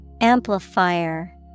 Amplifier